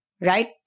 right